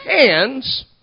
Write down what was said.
hands